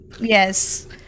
Yes